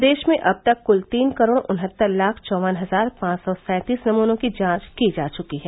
प्रदेश में अब तक क्ल तीन करोड़ उनहत्तर लाख चौवन हजार पांच सौ सैंतीस नमूनों की जांच की जा चुकी है